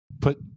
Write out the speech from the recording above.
put